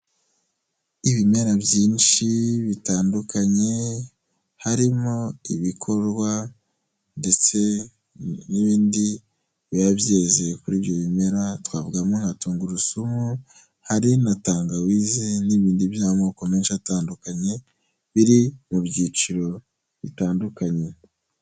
Ibimera byinshi bitandukanye harimo ibikorwa ndetse n'ibindi biba byeze kuri ibyo bimera twavugamo nka tungurusumu, hari na tangawize n'ibindi by'amoko menshi atandukanye biri mu byiciro bitandukanye.